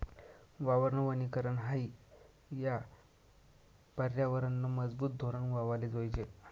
वावरनं वनीकरन हायी या परयावरनंनं मजबूत धोरन व्हवाले जोयजे